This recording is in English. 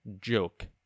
joke